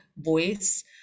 voice